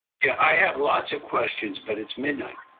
yeah, i have lots of questions, but it's midnight.